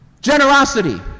generosity